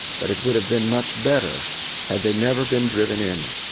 but it would have been much better had they never been driven in.